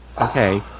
Okay